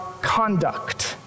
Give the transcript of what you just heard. conduct